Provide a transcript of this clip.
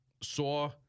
saw